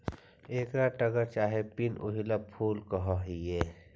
एकरा टगर चाहे पिन व्हील फूल कह हियई